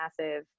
massive